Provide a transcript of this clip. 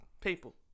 people